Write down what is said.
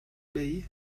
bey